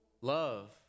love